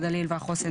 הגליל והחוסן